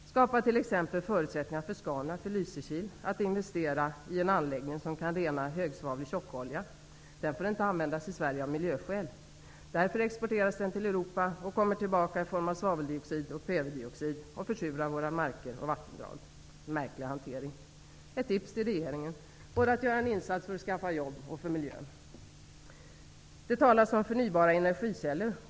Skapa t.ex. förutsättningar för Scanraff i Lysekil att investera i en anläggning som kan rena högsvavlig tjockolja. Den får av miljöskäl inte användas i Sverige. Därför exporteras den till Europa och kommer tillbaka i form av svaveldioxid och kvävedioxid och försurar våra marker och vattendrag -- en märklig hantering. Ett tips till regeringen är att både göra en insats för miljön och för att skapa jobb. Det talas om förnybara energikällor.